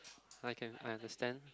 I can I understand